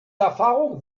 erfahrung